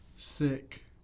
Sick